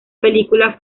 película